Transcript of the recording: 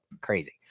crazy